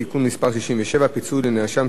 ברשות יושב-ראש הישיבה, הנני מתכבד להודיעכם,